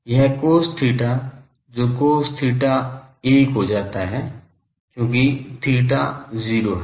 यह cos theta जो cos theta 1 हो जाता है क्योंकि थीटा 0 है